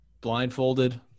Blindfolded